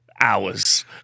Hours